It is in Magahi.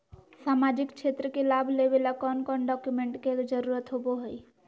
सामाजिक क्षेत्र के लाभ लेबे ला कौन कौन डाक्यूमेंट्स के जरुरत होबो होई?